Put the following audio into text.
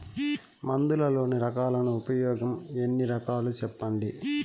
మందులలోని రకాలను ఉపయోగం ఎన్ని రకాలు? సెప్పండి?